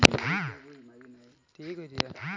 किसान अपने खेत को किससे मापते हैं?